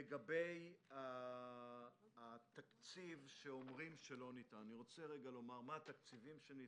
לגבי התקציב שאומרים שלא ניתן אני רוצה לומר מה התקציבים שניתנו,